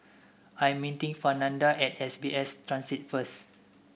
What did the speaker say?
I am meeting Fernanda at S B S Transit first